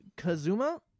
Kazuma